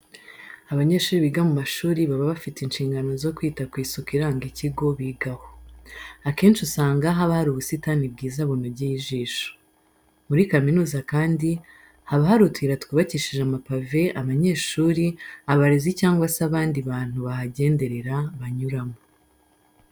Abanyeshuri biga mu mashuri baba bafite inshingano zo kwita ku isuku iranga ikigo bigaho. Akenshi usanga haba hari ubusitani bwiza bunogeye ijisho. Muri kaminuza kandi haba hari utuyira twubakishije amapave abanyeshuri, abarezi cyangwa se abandi bantu bahagenderera, banyuramo.